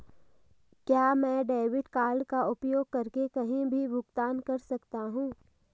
क्या मैं debit card का उपयोग करके कहीं भी भुगतान कर सकता हूं?